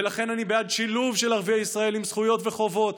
ולכן אני בעד שילוב של ערביי ישראל עם זכויות וחובות,